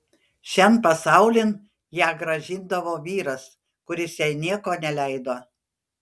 šian pasaulin ją grąžindavo vyras kuris jai nieko neleido